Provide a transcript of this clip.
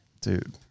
dude